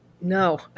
No